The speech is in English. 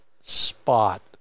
spot